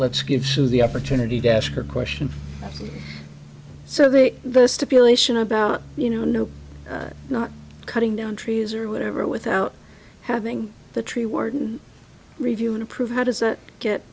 let's give sue the opportunity to ask her question so the the stipulation about you know no not cutting down trees or whatever without having the tree warden review and approve how does it get